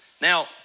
Now